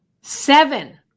Seven